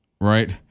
right